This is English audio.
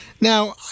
Now